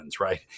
right